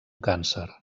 càncer